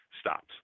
stops